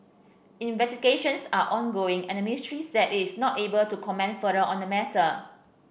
investigations are ongoing and ministry said it is not able to comment further on the matter